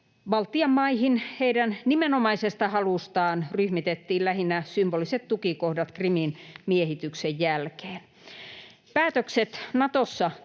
Baltian maihin heidän nimenomaisesta halustaan ryhmitettiin lähinnä symboliset tukikohdat Krimin miehityksen jälkeen. Päätökset Natossa tehdään